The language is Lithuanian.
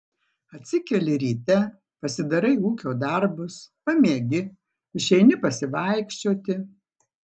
atsikeli ryte pasidarai ūkio darbus pamiegi išeini pasivaikščioti